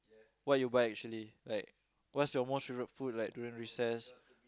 what you buy usually like what's your most favorite food like during recess